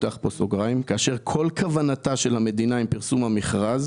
כאשר כל כוונתה של המדינה עם פרסום המכרז